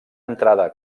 entrada